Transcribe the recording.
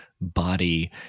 body